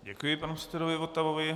Děkuji panu předsedovi Votavovi.